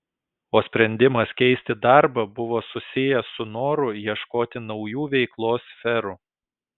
o sprendimas keisti darbą buvo susijęs su noru ieškoti naujų veiklos sferų